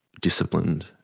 disciplined